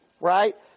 right